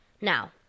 Now